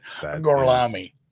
Gorlami